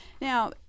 Now